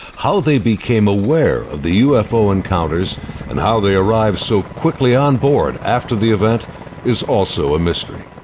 how they became aware of the ufo encounters and how they arrived so quickly onboard after the event is also a mystery.